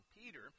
Peter